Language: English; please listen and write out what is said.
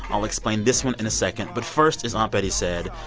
i'll explain this one in a second. but first, as aunt betty said,